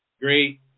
great